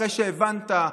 אחרי שהבנת.